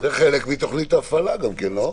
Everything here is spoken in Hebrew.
גם חלק מתוכנית ההפעלה, לא?